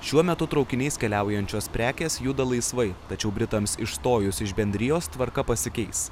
šiuo metu traukiniais keliaujančios prekės juda laisvai tačiau britams išstojus iš bendrijos tvarka pasikeis